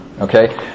Okay